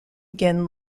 again